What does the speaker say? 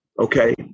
okay